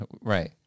Right